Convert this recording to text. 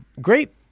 great